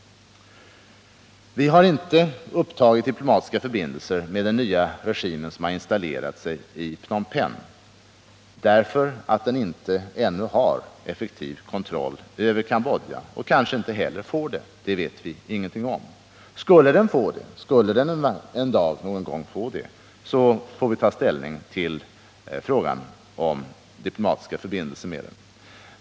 Vi har inte upptagit diplomatiska förbindelser med den nya regim som har installerat sig i Phnom Penh, eftersom den ännu inte har effektiv kontroll över Cambodja och kanske inte heller får det; det vet vi ingenting om. Men skulle den en dag få det, så får vi ta ställning till frågan om diplomatiska förbindelser med den.